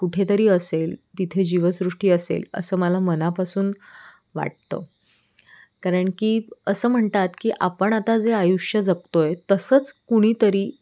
कुठेतरी असेल तिथे जीवसृष्टी असेल असं मला मनापासून वाटतं कारण की असं म्हणतात की आपण आता जे आयुष्य जगतो आहे तसंच कुणीतरी